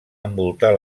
envoltar